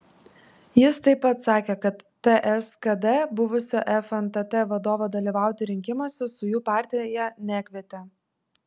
jis taip pat sakė kad ts kd buvusio fntt vadovo dalyvauti rinkimuose su jų partija nekvietė